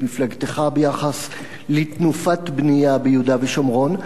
מפלגתך ביחס לתנופת בנייה ביהודה ושומרון,